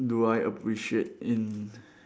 do I appreciate in